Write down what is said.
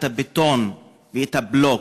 את הבטון ואת הבלוק,